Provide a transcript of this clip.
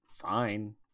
fine